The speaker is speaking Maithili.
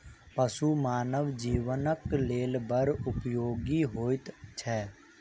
पशु मानव जीवनक लेल बड़ उपयोगी होइत छै